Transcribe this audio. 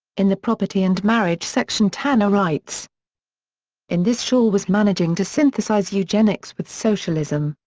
in the property and marriage section tanner writes in this shaw was managing to synthesize eugenics with socialism,